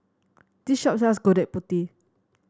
this shop sells Gudeg Putih